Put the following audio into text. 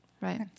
right